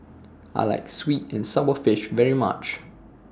I like Sweet and Sour Fish very much